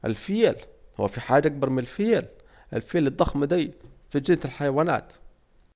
الفيل، هو في حاجة اكبر من الفيل، الفيل الضخم ديه في جنينة الحيوانات